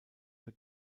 für